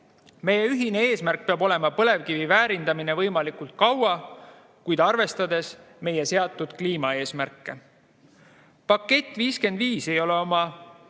Meie ühine eesmärk peab olema põlevkivi väärindamine võimalikult kaua, kuid arvestades meie seatud kliimaeesmärke. Pakett 55 ei ole oma